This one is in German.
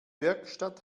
werkstatt